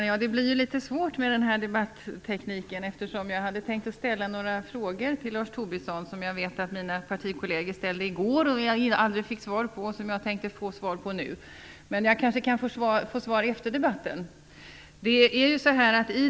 Fru talman! Dagens debatteknik gör det litet svårt för mig. Jag hade till Lars Tobisson tänkt rikta några frågor som jag vet att mina partikolleger ställde i går men inte fick svar på. Jag hade tänkt få svar på dem nu, men jag kan kanske få svaren efter debatten i stället.